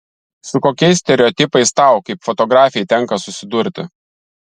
su kokiais stereotipais tau kaip fotografei tenka susidurti